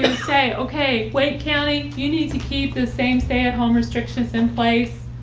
say, okay, wait county, you need to keep the same stay at home restrictions in place.